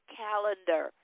calendar